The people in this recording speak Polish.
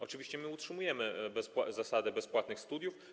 Oczywiście my utrzymujemy zasadę bezpłatnych studiów.